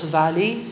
valley